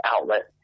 outlet